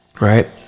right